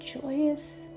joyous